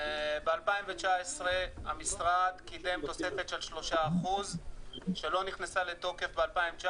ב-2019 המשרד קידם תוספת של 3% שלא נכנסה לתוקף ב-2019,